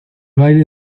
baile